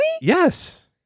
Yes